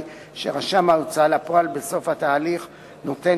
היא שבסוף התהליך רשם ההוצאה לפועל נותן